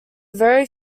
very